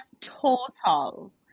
total